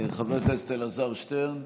חבר הכנסת אלעזר שטרן,